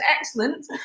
excellent